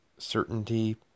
Certainty